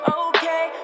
okay